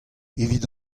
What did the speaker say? evit